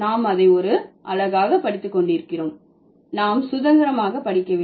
நாம் அதை ஒரு அலகாக படித்து கொண்டிருக்கிறோம் நாம் சுதந்திரமாக படிக்கவில்லை